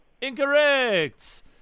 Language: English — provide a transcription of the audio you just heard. Incorrect